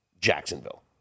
Jacksonville